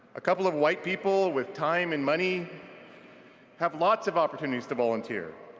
a couple of white people with time and money have lots of opportunities to volunteer.